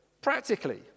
practically